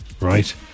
Right